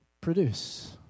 produce